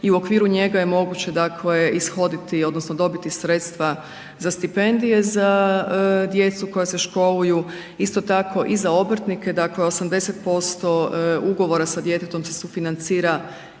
i u okviru njega je moguće ishoditi odnosno dobiti sredstva za stipendije za djecu koja se školuju, isto tako i za obrtnike, dakle 80% ugovora sa djetetom se sufinancira